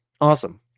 Awesome